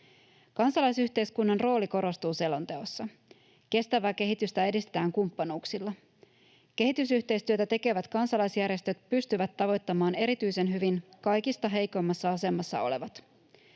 Kansalaisyhteiskunnan rooli korostuu selonteossa. Kestävää kehitystä edistetään kumppanuuksilla. Kehitysyhteistyötä tekevät kansalaisjärjestöt pystyvät tavoittamaan erityisen hyvin kaikista heikoimmassa asemassa olevat.